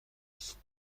است